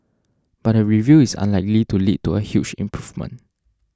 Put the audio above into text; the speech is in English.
but the review is unlikely to lead to a huge improvement